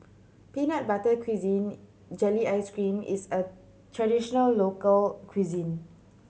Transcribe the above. peanut butter cuisine jelly ice cream is a traditional local cuisine